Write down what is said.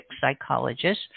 psychologist